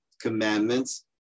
commandments